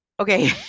Okay